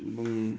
ଏବଂ